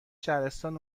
شهرستان